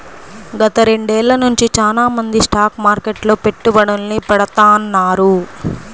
గత రెండేళ్ళ నుంచి చానా మంది స్టాక్ మార్కెట్లో పెట్టుబడుల్ని పెడతాన్నారు